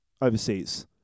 overseas